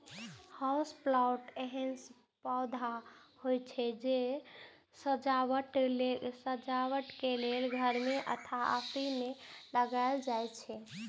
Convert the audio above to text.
house plant एहन पौधा होइ छै, जे सजावट लेल घर अथवा ऑफिस मे लगाएल जाइ छै